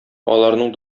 аларның